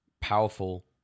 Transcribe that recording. powerful